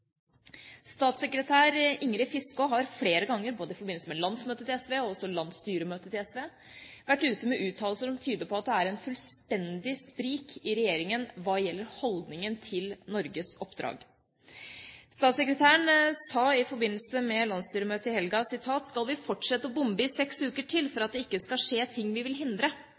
Statssekretær Ingrid Fiskaa har flere ganger, både i forbindelse med landsmøtet til SV og landsstyremøtet til SV, vært ute med uttalelser som tyder på at det er en fullstendig sprik i regjeringa hva gjelder holdningen til Norges oppdrag. Statssekretæren sa i forbindelse med landsstyremøtet i helgen: «Skal vi fortsette å bombe i seks uker til for at det ikke skal skje ting vi vil hindre?